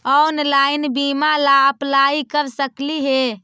Online बीमा ला apply कर सकली हे?